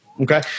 Okay